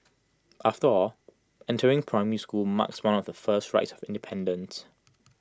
after all entering primary school marks one of the first rites of independence